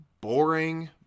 boring